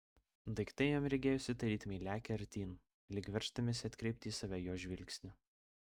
daiktai jam regėjosi tarytumei lekią artyn lyg verždamiesi atkreipti į save jo žvilgsnį